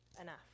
enough